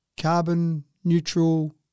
carbon-neutral